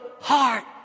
heart